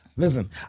Listen